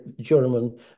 German